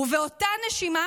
ובאותה נשימה,